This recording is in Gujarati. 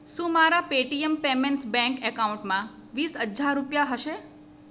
શું મારા પેટીએમ પેમેન્ટ્સ બેંક એકાઉન્ટમાં વીસ હજાર રૂપિયા હશે